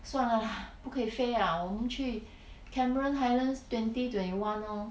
算了 lah 不可以飞 ah 我们去 cameron highlands twenty twenty one lor